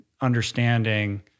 understanding